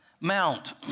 Mount